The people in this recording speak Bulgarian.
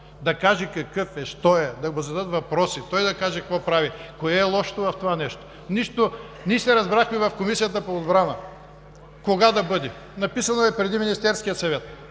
да каже какъв е, що е, да му зададат въпроси, той да каже какво прави, кое е лошото в това нещо? Нищо. Ние се разбрахме в Комисията по отбрана кога да бъде. Написано е „преди Министерският съвет“.